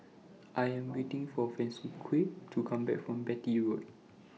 I Am waiting For Francisqui to Come Back from Beatty Road